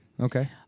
Okay